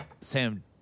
Sam